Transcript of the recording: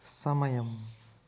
సమయం